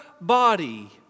body